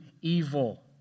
evil